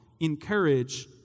encourage